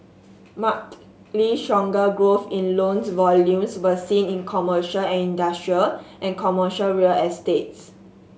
markedly stronger growth in loans volumes was seen in commercial and industrial and commercial real estates